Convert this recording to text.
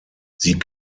sie